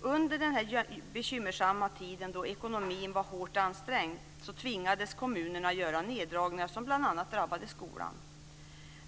Under den bekymmersamma tid då ekonomin var hårt ansträngd tvingades kommunerna göra neddragningar som bl.a. drabbade skolan.